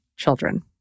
children